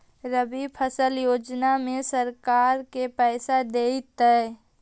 रबि फसल योजना में सरकार के पैसा देतै?